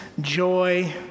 joy